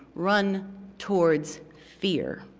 run towards fear.